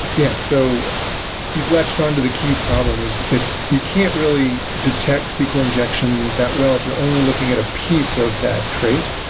yeah. so you've latched on to the key problem, is it's you can really detect sql injection that well if you're only looking at a piece of that trace.